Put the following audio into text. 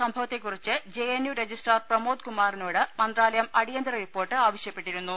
സംഭവത്തെ കുറിച്ച് J N U registrar Pramod കുമാറിനോട് മന്ത്രാലയം അടിയന്തര റിപ്പോർട്ട് ആവശ്യപ്പെട്ടിരുന്നു